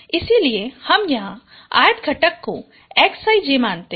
इसलिए हम यहां ith घटक को Xij मानते हैं